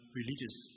religious